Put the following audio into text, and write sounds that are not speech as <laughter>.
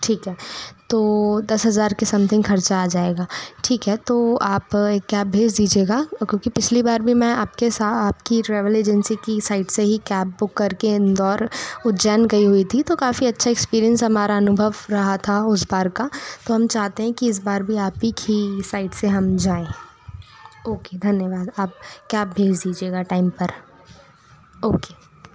ठीक है तो दस हजार के सम्थिंग खर्चा आ जाएगा ठीक है तो आप एक कैब भेज दीजिएगा <unintelligible> कि पिछली बार भी मै आपके साथ आपकी ट्रेवेल एजेंसी की साइट से ही कैब बुक करके इंदौर उज्जैन गई हुई थी तो काफ़ी अच्छा इक्स्पीरीएन्स हमारा अनुभव रहा था उस बार का तो हम चाहते है कि इस बार भी आप ही की साइड्स से हम जाए ओके धन्यवाद आप कैब भेज दीजिएगा टाइम पर ओके